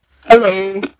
Hello